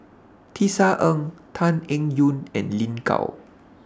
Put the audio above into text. Tisa Ng Tan Eng Yoon and Lin Gao